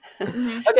Okay